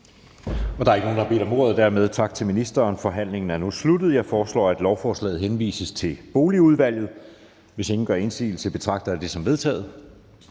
Der er ikke nogen, der har bedt om ordet. Dermed tak til ministeren. Forhandlingen er sluttet. Jeg foreslår, at lovforslaget henvises til Boligudvalget. Hvis ingen gør indsigelse, betragter jeg det som vedtaget.